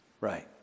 Right